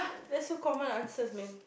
that's so common answers man